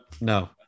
No